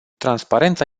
transparența